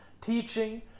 teaching